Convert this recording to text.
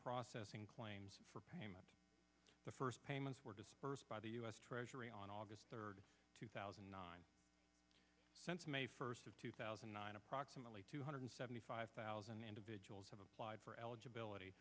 processing claims for payment the first payments were dispersed by the us treasury on august third two thousand and nine since may first of two thousand and nine approximately two hundred seventy five thousand individuals have applied for eligibility